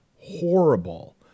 horrible